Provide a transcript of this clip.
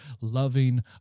loving